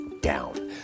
down